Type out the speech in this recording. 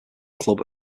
club